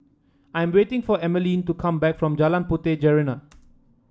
I'm waiting for Emmaline to come back from Jalan Puteh Jerneh